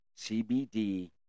CBD